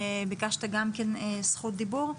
ביקשת גם זכות דיבר.